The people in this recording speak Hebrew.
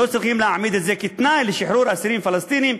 כתנאי לשחרור אסירים פלסטינים,